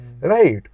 Right